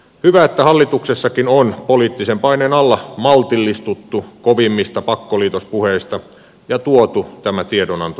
hyvä että hallituksessakin on poliittisen paineen alla maltillistuttu kovimmista pakkoliitospuheista ja tuotu tämä tiedonanto eduskuntaan